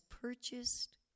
purchased